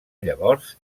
llavors